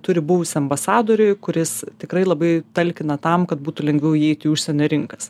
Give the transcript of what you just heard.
turi buvusį ambasadorių kuris tikrai labai talkina tam kad būtų lengviau įeit į užsienio rinkas